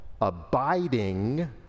abiding